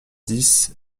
dix